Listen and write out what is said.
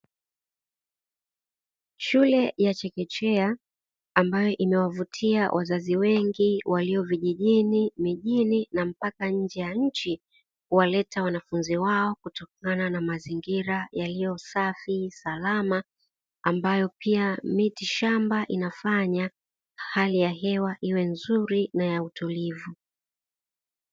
Shule ya chekechea ambayo imewavutia wazazi wengi walio vijijini, mjini na mpaka nje ya nchi kuwaleta wanafunzi wao kutokana na mazingira yaliyo safi salama ambayo pia miti shamba inafanya hali ya hewa iwe nzuri na ya utulivu.